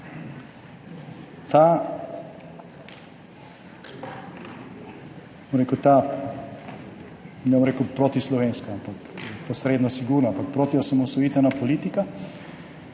Ne bom rekel protislovenska, posredno sigurno, ampak protiosamosvojitvena politika